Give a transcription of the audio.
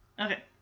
Okay